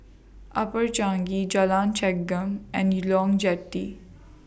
Upper Changi Jalan Chengam and Jetty